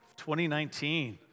2019